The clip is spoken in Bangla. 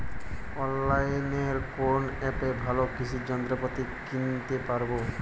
অনলাইনের কোন অ্যাপে ভালো কৃষির যন্ত্রপাতি কিনতে পারবো?